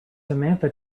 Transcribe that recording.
samantha